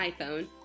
iPhone